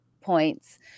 points